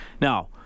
Now